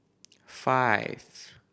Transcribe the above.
five